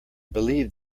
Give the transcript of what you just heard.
believe